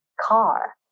car